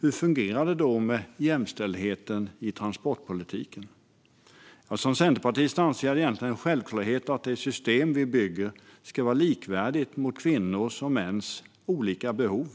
Hur fungerar det med jämställdheten inom transportpolitiken? Som centerpartist anser jag egentligen att det är en självklarhet att det system som vi bygger ska vara likvärdigt gentemot både kvinnors och mäns olika behov.